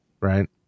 right